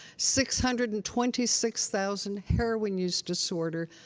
six hundred and twenty six thousand, heroin use disorder.